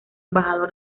embajador